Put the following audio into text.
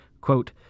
quote